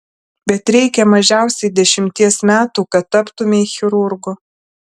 bet reikia mažiausiai dešimties metų kad taptumei chirurgu